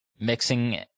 mixing